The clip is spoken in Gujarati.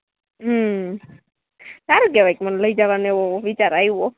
હમ સારું કહેવાય કે મને લઈ જવાનો એવો વિચાર આવ્યો